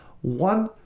one